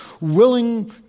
willing